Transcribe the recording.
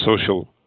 social